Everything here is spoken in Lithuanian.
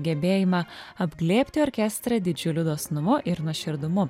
gebėjimą apglėbti orkestrą didžiuliu dosnumu ir nuoširdumu